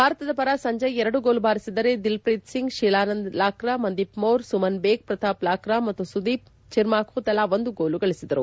ಭಾರತದ ಪರ ಸಂಜಯ್ ಎರಡು ಗೋಲ್ ಭಾರಿಸಿದರೆ ದಿಲ್ ಪ್ರೀತ್ ಸಿಂಗ್ ತಿಲಾನಂದ್ ಲಾಕ್ರಾ ಮಂದೀಪ್ ಮೋರ್ ಸುಮನ್ ಬೇಕ್ ಪ್ರತಾಪ್ ಲಾಕ್ರಾ ಮತ್ತು ಸುದೀಪ್ ಚಿರ್ಮಾಕೊ ತಲಾ ಒಂದು ಗೋಲ್ ಗಳಿಸಿದರು